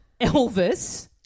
Elvis